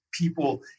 people